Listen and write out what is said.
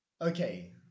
okay